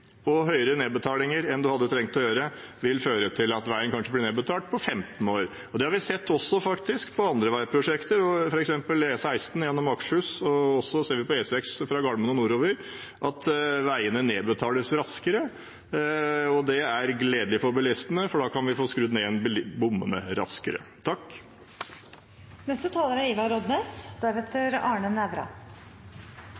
og høyere nedbetalinger enn man hadde trengt, vil føre til at veien kanskje blir nedbetalt på 15 år. Det har vi sett ved andre veiprosjekter også, f.eks. E16 gjennom Akershus og E6 fra Gardermoen og nordover – veiene nedbetales raskere. Det er gledelig for bilistene, for da kan vi få skrudd ned bommene raskere. Det har vore mykje prat om babyar her no, og det er